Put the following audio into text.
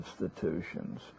institutions